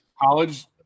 college